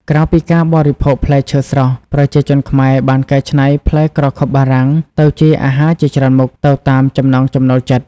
ក្រៅពីការបរិភោគជាផ្លែឈើស្រស់ ប្រជាជនខ្មែរបានកែច្នៃផ្លែក្រខុបបារាំងទៅជាអាហារជាច្រើនមុខ ទៅតាមចំណង់ចំណូលចិត្ត។